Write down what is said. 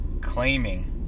claiming